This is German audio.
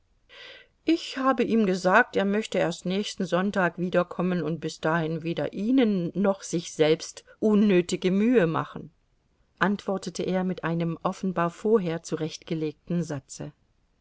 ich habe ihm gesagt er möchte erst nächsten sonntag wiederkommen und bis dahin weder ihnen noch sich selbst unnötige mühe machen antwortete er mit einem offenbar vorher zurechtgelegten satze